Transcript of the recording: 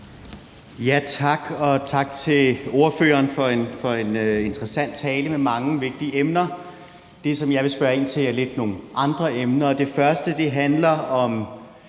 Tak, og tak til ordføreren for en interessant tale med mange vigtige emner. Det, som jeg vil spørge ind til, er lidt nogle andre emner. Det første handler om